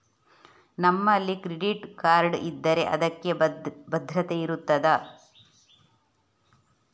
ನಮ್ಮಲ್ಲಿ credit card ಇದ್ದರೆ ಅದಕ್ಕೆ ಭದ್ರತೆ ಇರುತ್ತದಾ?